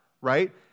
right